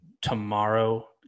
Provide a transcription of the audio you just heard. tomorrow